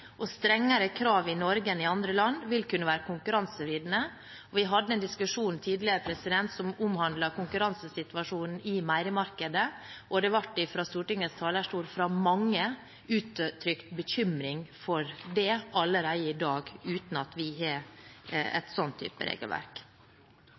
og strengere krav i Norge enn i andre land vil kunne være konkurransevridende. Vi hadde en diskusjon tidligere som omhandlet konkurransesituasjonen i meierimarkedet, og det ble fra Stortingets talerstol fra mange uttrykt bekymring for det allerede i dag, uten at vi har en sånn type regelverk.